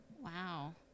Wow